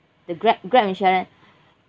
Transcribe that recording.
the Grab Grab insurance